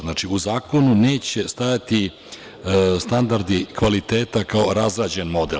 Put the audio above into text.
Znači, u zakonu neće stajati standardi kvaliteta kao razrađen model.